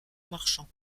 marchand